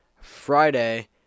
Friday